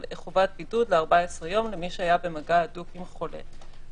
חובת בידוד ל-14 יום למי שהיה במגע הדוק עם חולה.